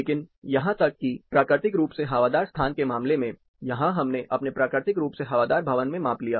लेकिन यहां तक कि प्राकृतिक रूप से हवादार स्थान के मामले में यहां हमने अपने प्राकृतिक रूप से हवादार भवन में माप लिया